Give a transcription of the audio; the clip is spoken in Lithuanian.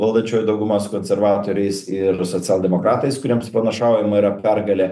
valdančioji dauguma su konservatoriais ir socialdemokratais kuriems pranašaujama yra pergalė